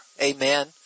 Amen